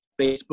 facebook